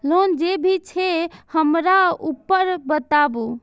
Loan जे भी छे हमरा ऊपर बताबू?